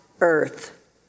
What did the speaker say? earth